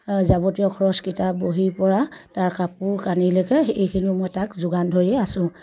যাৱতীয় খৰচ কিতাপ বহীৰ পৰা তাৰ কাপোৰ কানিলৈকে এইখিনিও মই তাক যোগান ধৰি আছো